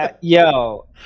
Yo